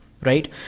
right